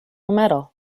metal